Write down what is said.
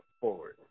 forward